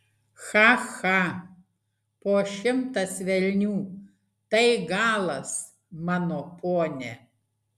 cha cha po šimtas velnių tai galas mano pone